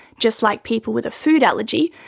just like people with a food allergy,